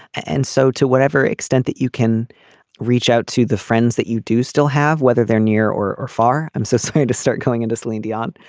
and so to whatever extent that you can reach out to the friends that you do still have whether they're near or or far. i'm so scared to start going into celine dion.